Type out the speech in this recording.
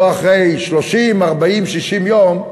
לא אחרי 30, 40, 60 יום,